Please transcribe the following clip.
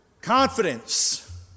confidence